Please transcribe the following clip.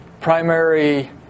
primary